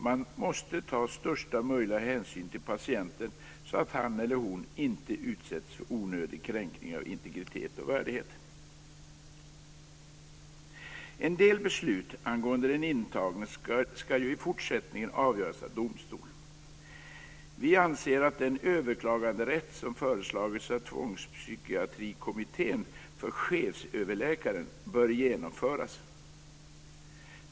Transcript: Man måste ta största möjliga hänsyn till patienten så att han eller hon inte utsätts för onödig kränkning av integritet och värdighet. En del beslut angående den intagne ska i fortsättningen avgöras av domstol. Vi anser att den överklaganderätt som föreslagits av Tvångspsykiatrikommittén för chefsöverläkaren bör genomföras.